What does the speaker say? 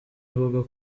avuga